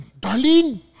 Darlene